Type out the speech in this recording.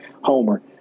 homer